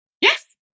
Yes